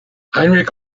heinrich